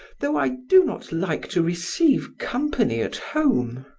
though i do not like to receive company at home.